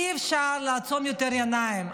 אי-אפשר לעצום עיניים יותר,